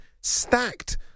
Stacked